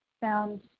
found